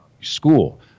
school